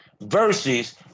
versus